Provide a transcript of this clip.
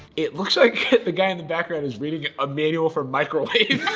it looks like the guy in the background is reading a manual for microwaves.